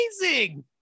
amazing